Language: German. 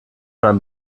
mein